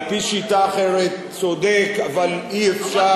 על-פי שיטה אחרת, צודק אבל אי-אפשר.